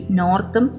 north